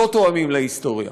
לא תואמים את ההיסטוריה.